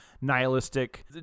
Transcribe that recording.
nihilistic